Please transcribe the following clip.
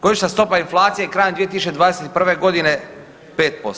Godišnja stopa inflacije je krajem 2021. godine 5%